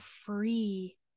free